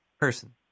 person